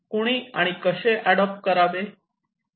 कुणी आणि कसे ऍडॉप्ट करावे